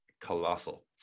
colossal